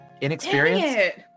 Inexperienced